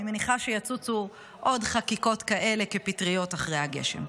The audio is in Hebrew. אני מניחה שיצוצו עוד חקיקות כאלה כפטריות אחרי הגשם.